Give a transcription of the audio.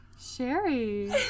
Sherry